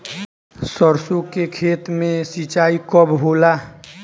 सरसों के खेत मे सिंचाई कब होला?